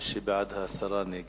מי שבעד הסרה, נגד.